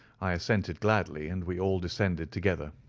i assented gladly, and we all descended together.